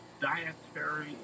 dietary